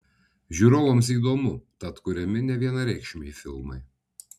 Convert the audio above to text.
žiūrovams įdomu tad kuriami nevienareikšmiai filmai